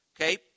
Okay